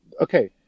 okay